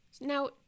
Now